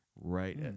right